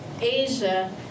Asia